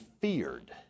feared